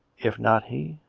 if not he,